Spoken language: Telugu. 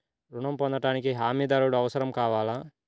ఋణం పొందటానికి హమీదారుడు అవసరం కావాలా?